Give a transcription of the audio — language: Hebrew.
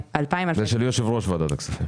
של יושב ראש ועדת הכספים.